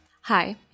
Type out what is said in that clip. Hi